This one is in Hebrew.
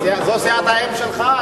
זו סיעת האם שלך,